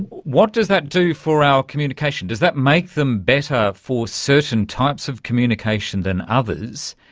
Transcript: what does that do for our communication? does that make them better for certain types of communication than others,